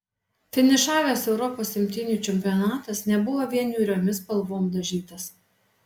finišavęs europos imtynių čempionatas nebuvo vien niūriomis spalvom dažytas